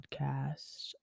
podcast